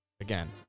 Again